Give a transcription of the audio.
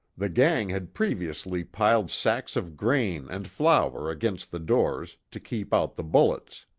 the gang had previously piled sacks of grain and flour against the doors, to keep out the bullets.